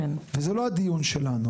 וזה לא הדיון שלנו.